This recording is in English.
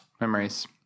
Memories